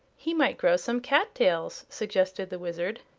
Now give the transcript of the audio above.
he might grow some cat-tails, suggested the wizard.